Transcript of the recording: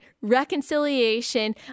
reconciliation